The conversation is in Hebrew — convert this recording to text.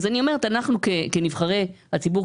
אני אומרת שאנחנו כנבחרי הציבור,